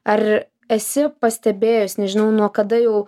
ar esi pastebėjęs nežinau nuo kada jau